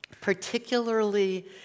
particularly